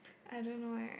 I don't know eh